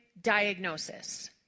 diagnosis